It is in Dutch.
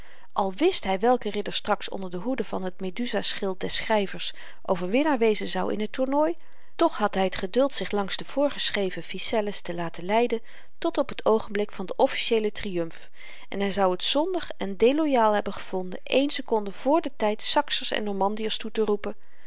al wist hy welke ridder straks onder de hoede van t meduza schild des schryvers overwinnaar wezen zou in het tournooi toch had hy t geduld zich langs de voorgeschreven ficelles te laten leiden tot op t oogenblik van den officieelen triumf en hy zou t zondig en deloyaal hebben gevonden één sekonde vr den tyd saksers en normandiers toeteroepen